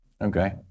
Okay